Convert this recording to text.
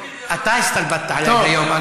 אתה הסתלבטת עלי היום,